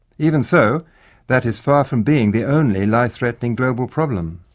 even so that is far from being the only life-threatening global problem.